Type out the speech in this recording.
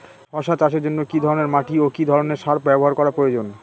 শশা চাষের জন্য কি ধরণের মাটি ও কি ধরণের সার ব্যাবহার করা প্রয়োজন?